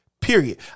Period